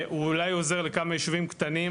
אולי הוא עוזר לכמה ישובים קטנים.